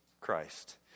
Christ